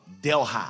Delhi